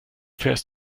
fährst